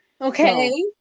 Okay